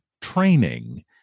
training